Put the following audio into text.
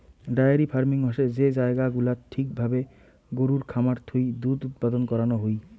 diary farming হসে যে জায়গা গুলাত ঠিক ভাবে গরুর খামার থুই দুধ উৎপাদন করানো হুই